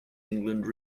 england